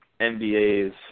NBA's